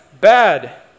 bad